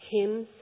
hymns